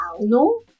No